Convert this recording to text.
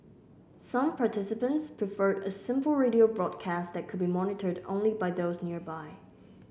some participants preferred a simple radio broadcast that could be monitored only by those nearby